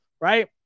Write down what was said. right